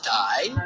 die